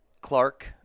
Clark